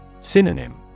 Synonym